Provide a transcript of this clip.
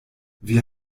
wir